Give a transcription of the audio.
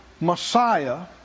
Messiah